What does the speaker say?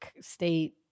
State